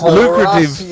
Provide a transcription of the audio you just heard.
lucrative